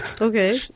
Okay